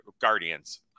Guardians